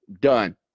Done